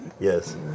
yes